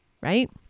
right